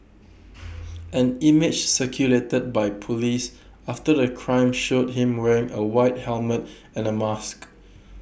an image circulated by Police after the crime showed him wearing A white helmet and A mask